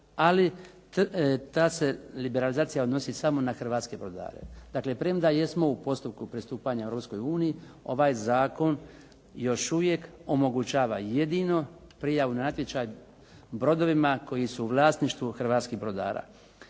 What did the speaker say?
ali ta se liberalizacija odnosi samo na hrvatske brodare. Dakle, premda jesmo u postupku pristupanja Europskoj uniji, ovaj zakon još uvijek omogućava jedinu prijavu na natječaj brodovima koji su u vlasništvu hrvatskih brodara.